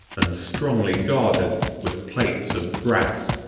and strongly guarded with plates of brass.